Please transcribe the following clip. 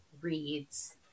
reads